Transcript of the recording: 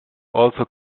also